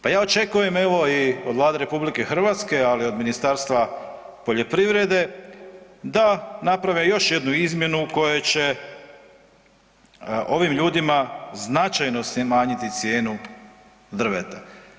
Pa ja očekujem evo i od Vlade RH, ali i od Ministarstva poljoprivrede da naprave još jednu izmjenu u kojoj će ovim ljudima značajno smanjiti cijenu drveta.